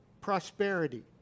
prosperity